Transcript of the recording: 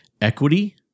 Equity